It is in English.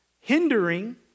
hindering